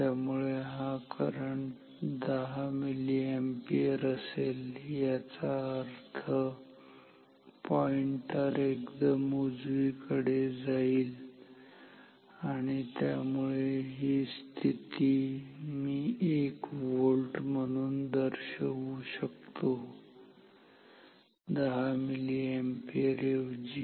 त्यामुळे हा current 10 milliampere असेल याचा अर्थ पॉईंटर एकदम उजवीकडे जाईल आणि त्यामुळे ही स्थिती मी 1 व्होल्ट म्हणून दर्शवू शकतो 10 मिलीअॅम्पियर ऐवजी